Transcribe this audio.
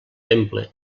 temple